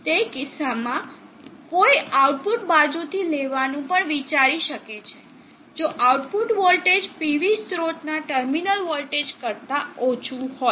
તે આવા કિસ્સામાં કોઈ આઉટપુટ બાજુથી લેવાનું પણ વિચારી શકે છે જો આઉટપુટ વોલ્ટેજ PV સ્રોતનાં ટર્મિનલ્સ વોલ્ટેજ કરતા ઓછું હોય